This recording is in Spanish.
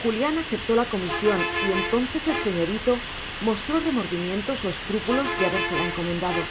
julián aceptó la comisión y entonces el señorito mostró remordimientos o escrúpulos de habérsela encomendado